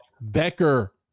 Becker